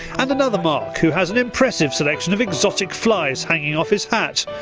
and another mark who has an impressive selection of exotic flies hanging off his hat.